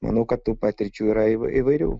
manau kad tų patirčių yra į įvairių